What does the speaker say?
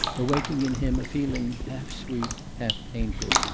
awaking in him a feeling half-sweet, half-painful,